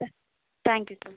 sir thank you sir